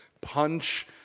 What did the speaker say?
punch